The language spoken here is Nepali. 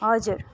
हजुर